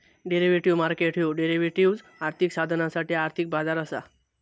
derivative market ह्यो derivatives, आर्थिक साधनांसाठी आर्थिक बाजार असा